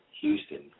Houston